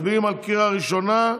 מצביעים בקריאה ראשונה.